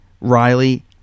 Riley